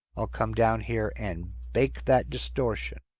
i'll come down here and bake that distortion.